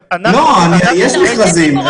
אנחנו בדקנו --- יש מכרזים.